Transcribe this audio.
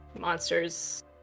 monsters